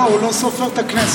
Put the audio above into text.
לא, הוא לא סופר את הכנסת.